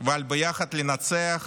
ועל ביחד לנצח,